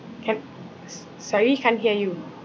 can s~ sorry can't hear you